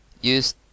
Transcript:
Use